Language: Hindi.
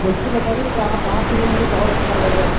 जैसे बताइएगा आप आके लेंगे तो और अच्छा रहेगा